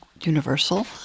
Universal